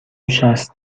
شصت